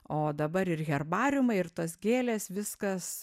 o dabar ir herbariumai ir tos gėlės viskas